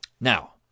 Now